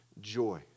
joy